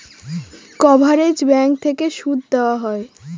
coverage bank থেকে সুদ দেওয়া হয়